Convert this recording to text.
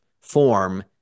form